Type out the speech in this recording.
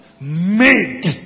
made